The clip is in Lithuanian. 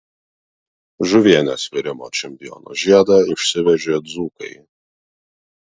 žuvienės virimo čempiono žiedą išsivežė dzūkai